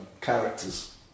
characters